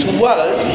world